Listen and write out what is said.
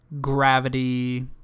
gravity